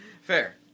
Fair